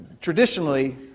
traditionally